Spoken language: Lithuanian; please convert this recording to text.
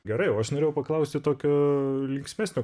gerai o aš norėjau paklausti tokio linksmesnio